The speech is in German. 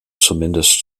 zumindest